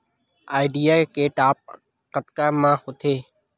Idea के top आप कतका म होथे?